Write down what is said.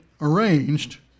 arranged